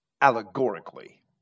allegorically